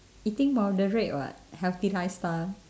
eating moderate [what] healthy lifestyle